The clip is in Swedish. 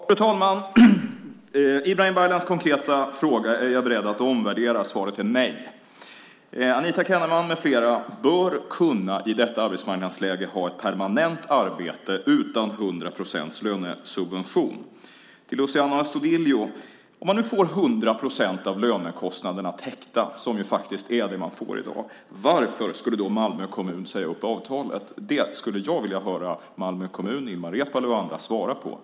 Fru talman! Ibrahim Baylans konkreta fråga är jag beredd att omvärdera. Svaret är nej. Anita Kenneman med flera bör i detta arbetsmarknadsläge kunna ha ett permanent arbete utan 100 procents lönesubvention. Till Luciano Astudillo: Om man nu får 100 procent av lönekostnaderna täckta, som ju faktiskt är det som man får i dag, varför skulle då Malmö kommun säga upp avtalet? Det skulle jag vilja höra Malmö kommun, Ilmar Reepalu och andra svara på.